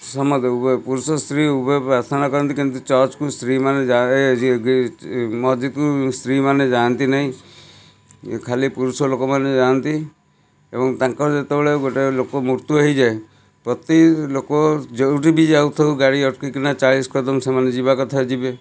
ସମସ୍ତେ ଉଭୟ ପୁରୁଷ ସ୍ତ୍ରୀ ଉଭୟ ପ୍ରାର୍ଥନା କରନ୍ତି କିନ୍ତୁ ଚର୍ଚ୍ଚକୁ ସ୍ତ୍ରୀମାନେ ଯାଆ ଏ ମସଜିଦ୍କୁ ସ୍ତ୍ରୀମାନେ ଯାଆନ୍ତି ନାହିଁ ଖାଲି ପୁରୁଷ ଲୋକମାନେ ଯାଆନ୍ତି ଏବଂ ତାଙ୍କର ଯେତେବେଳେ ଗୋଟେ ଲୋକ ମୃତ୍ୟୁ ହୋଇଯାଏ ପ୍ରତି ଲୋକ ଯେଉଁଠି ବି ଯାଉ ଥାଉ ଗାଡ଼ି ଅଟକେଇକିନା ଚାଳିଶ କଦମ ସେମାନେ ଯିବା କଥା ଯିବେ